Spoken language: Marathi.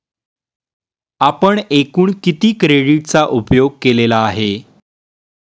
आपण एकूण किती क्रेडिटचा उपयोग केलेला आहे?